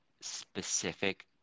specific